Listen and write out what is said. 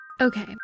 okay